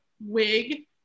wig